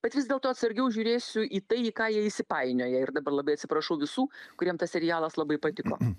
bet vis dėlto atsargiau žiūrėsiu į tai į ką jie įsipainioja ir dabar labai atsiprašau visų kuriem tas serialas labai patiko